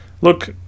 look